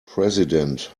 president